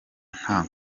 nta